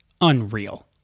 unreal